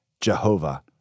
Jehovah